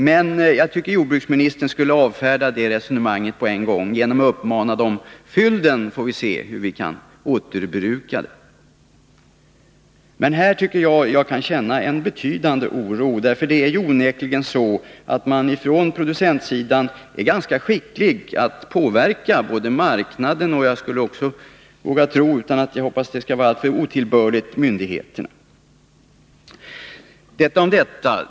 Men jag tycker att jordbruksministern skulle avfärda det resonemanget på en gång genom att uppmana dem: Fyll burken, så får vi se hur vi kan återbruka den! Men här känner jag en betydande oro. Det är onekligen så att man på producentsidan är ganska skicklig när det gäller att påverka både marknaden och myndigheterna, skulle jag våga tro — jag hoppas att det inte skall anses vara alltför otillbörligt. Detta om detta.